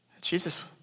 Jesus